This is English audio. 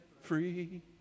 free